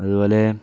അതുപോലെ